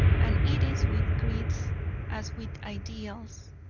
and it is with creeds as with ideals.